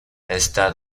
esta